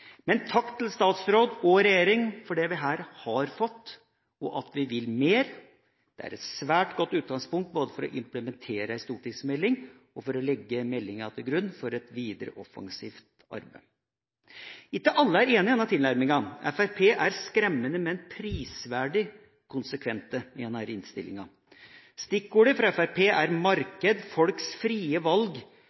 Men takk til statsråd og regjering for det vi her har fått. At vi vil mer, er et svært godt utgangspunkt både for å implementere en stortingsmelding og for å legge meldinga til grunn for et videre offensivt arbeid. Ikke alle er enige i denne tilnærminga. Fremskrittspartiet er skremmende, men prisverdig konsekvente i denne innstillinga. Stikkord for Fremskrittspartiet er «markedet», «folks frie valg»,